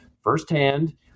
firsthand